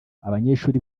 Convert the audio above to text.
abanyeshuri